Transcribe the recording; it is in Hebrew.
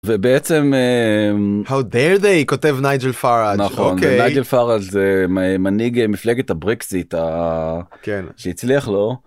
ובעצם אההה. How dare they כותב ניג'ל פארד. נכון ניג'ל פארד זה מנהיג מפלגת הbrexit שהצליח לו.